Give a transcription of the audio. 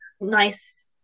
nice